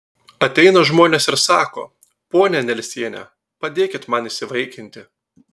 ateina žmonės ir sako ponia nelsiene padėkit man įsivaikinti